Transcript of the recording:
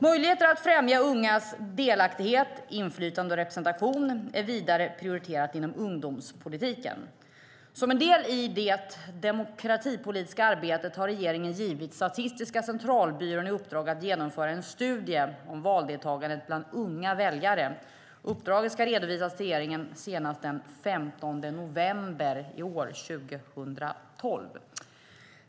Möjligheter att främja ungas delaktighet, inflytande och representation är vidare prioriterat inom ungdomspolitiken. Som en del i det demokratipolitiska arbetet har regeringen givit Statistiska centralbyrån i uppdrag att genomföra en studie om valdeltagandet bland unga väljare. Uppdraget ska redovisas till regeringen senast den 15 november 2012.